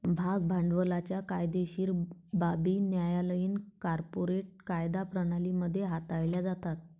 भाग भांडवलाच्या कायदेशीर बाबी न्यायालयीन कॉर्पोरेट कायदा प्रणाली मध्ये हाताळल्या जातात